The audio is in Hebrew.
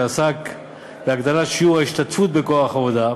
שעסק בהגדלת שיעור ההשתתפות בכוח העבודה